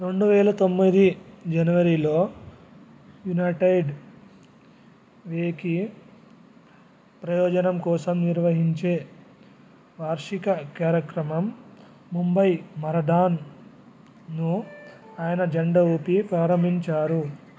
రెండు వేల తొమ్మిది జనవరిలో యునైటెడ్ వేకి ప్రయోజనం కోసం నిర్వహించే వార్షిక కార్యక్రమం ముంబై మరధాన్ను ఆయన జెండా ఊపి ప్రారంభించారు